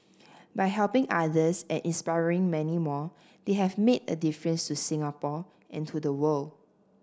by helping others and inspiring many more they have made a difference to Singapore and to the world